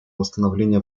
восстановления